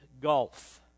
Gulf